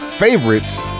favorites